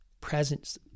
presence